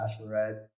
bachelorette